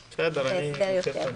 באמת, בשם אלוהים, אני לא מבין אתכם.